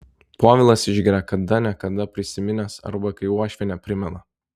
povilas išgeria kada ne kada prisiminęs arba kai uošvienė primena